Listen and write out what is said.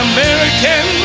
American